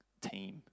team